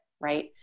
right